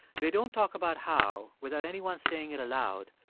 they don't talk about how, without anyone saying it aloud,